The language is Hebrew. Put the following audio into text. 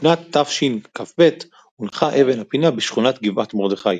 בשנת תשכ"ב הונחה אבן הפינה בשכונת גבעת מרדכי.